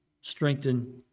strengthen